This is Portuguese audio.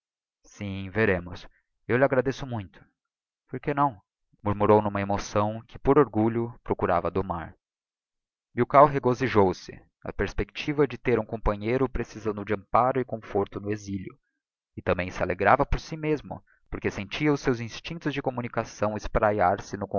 sim veremos eu lhe agradeço muito porquenão murmurou n'uma emoção que por orgulho procurava domar milkau regozijou se na perspectiva de ter um companheiro precisando de amparo c conforto no exílio e também se alegrava por si mesmo porque sentia os seus instinctos de communicação espraiar se